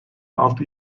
altı